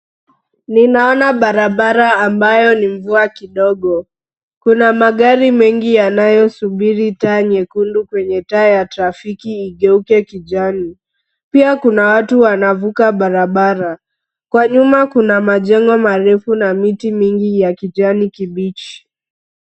Ninaona barabara ambayo ni mvua kidogo. Kuna magari mengi yanayo subiri taa nyekundu kwenye taa ya trafiki igeuke kijani. Pia kuna watu wanavuka barabara. Kwa nyuma kuna majengo marefu na miti mingi ya kijani kibichi.